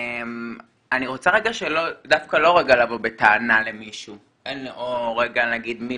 אני רוצה דווקא לא לבוא בטענה למישהו או רגע להגיד מי